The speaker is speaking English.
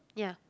yeah